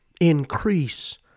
Increase